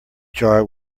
jar